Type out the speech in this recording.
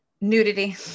nudity